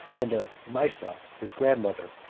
and of maesa, his grandmother.